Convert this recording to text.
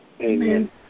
Amen